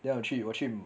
then 我去我去 hmm